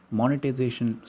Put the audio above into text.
monetization